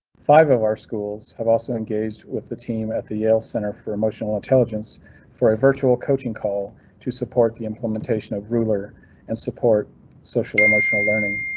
five of our schools have also engaged with the team at the yale center for emotional intelligence for a virtual coaching call to support the implementation of ruler and support social emotional learning.